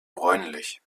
bräunlich